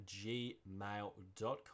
gmail.com